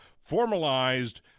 formalized